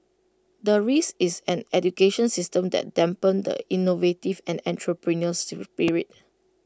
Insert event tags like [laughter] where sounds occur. the risk is an education system that dampen the innovative and entrepreneurial [unintelligible]